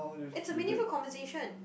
it's a meaningful conversation